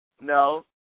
No